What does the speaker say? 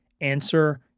answer